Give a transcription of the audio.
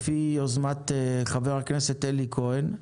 ביוזמת חבר הכנסת אלי כהן.